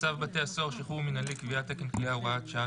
צו בתי הסוהר (שחרור מינהלי) (קביעת תקן כליאה) (הוראת שעה),